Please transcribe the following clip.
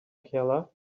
keller